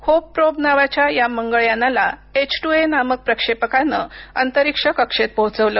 Hope probe नावाच्या या मंगळ यानाला एच ट्र ए नामक प्रक्षेपकाने अंतरिक्ष कक्षेत पोहोचवलं